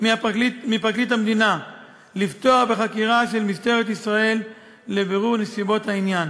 מפרקליט המדינה לפתוח בחקירה של משטרת ישראל לבירור נסיבות העניין.